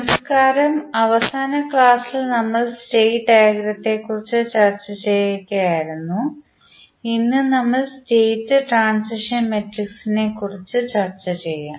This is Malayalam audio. നമസ്കാരം അവസാന ക്ലാസ്സിൽ നമ്മൾ സ്റ്റേറ്റ് ഡയഗ്രത്തെക്കുറിച്ച് ചർച്ച ചെയ്യുകയായിരുന്നു ഇന്ന് നമ്മൾ സ്റ്റേറ്റ് ട്രാന്സിഷൻ മാട്രിക്സിനെക്കുറിച്ച് ചർച്ച ചെയ്യും